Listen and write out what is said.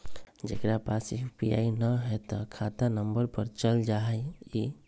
जेकरा पास यू.पी.आई न है त खाता नं पर चल जाह ई?